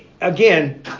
again